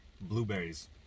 blueberries